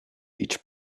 each